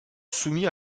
soumis